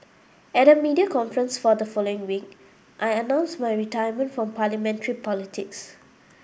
at a media conference for the following week I announced my retirement from Parliamentary politics